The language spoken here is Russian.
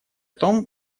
том